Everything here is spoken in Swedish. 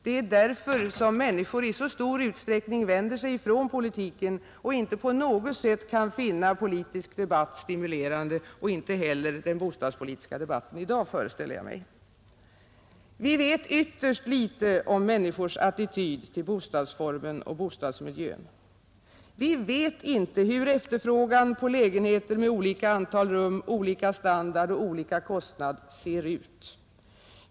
Det är därför som människor i stor utsträckning vänder sig ifrån politiken och inte på något sätt kan finna politisk debatt stimulerande, och inte heller den bostadspolitiska debatten i dag, föreställer jag mig. Vi vet ytterst litet om människors attityd till bostadsformen och bostadsmiljön. Vi vet inte hur efterfrågan på lägenheter med olika antal rum, olika standard, olika kostnader ser ut.